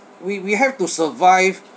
we we have to survive